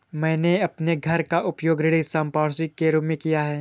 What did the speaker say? मैंने अपने घर का उपयोग ऋण संपार्श्विक के रूप में किया है